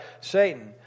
Satan